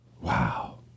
Wow